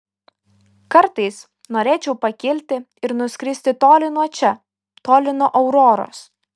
kartais norėčiau pakilti ir nuskristi toli nuo čia toli nuo auroros